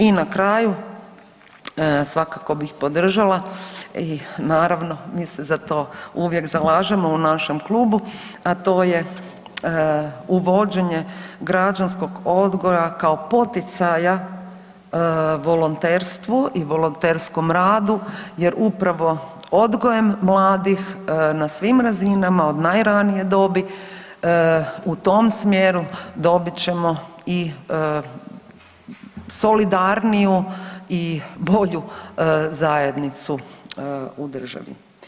I na kraju, svakako bih podržala i naravno mi se za to uvijek zalažemo u našem klubu, a to je uvođenje građanskog odgoja kao poticaja volonterstvu i volonterskom radu jer upravo odgojem mladih na svim razinama, od najranije dobi, u tom smjeru dobit ćemo i solidarniju i bolju zajednicu u državi.